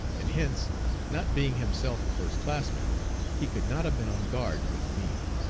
and hence not being himself a first classman he could not have been on guard with me.